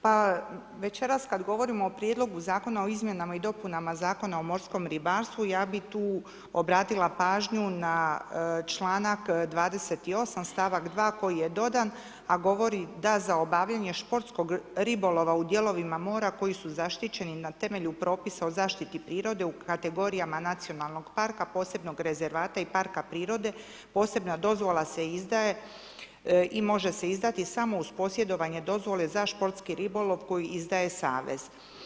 Pa večeras kada govorimo o Prijedlogu zakona o izmjenama i dopunama Zakona o morskom ribarstvu ja bih tu obratila pažnju na članak 28., stavak 2. koji je dodan a govori da za obavljanje športskog ribolova u dijelovima mora koji su zaštićeni na temelju propisa o zaštiti prirode u kategorijama nacionalnog parka, posebnog rezervata i parka prirode posebna dozvola se izdaje i može se izdati samo uz posjedovanje dozvole za športski ribolov koji izdaje savez.